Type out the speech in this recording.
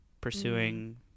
pursuing